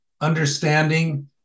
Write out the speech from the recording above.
understanding